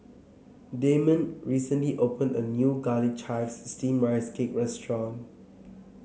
Dameon recently opened a new Garlic Chives Steamed Rice Cake restaurant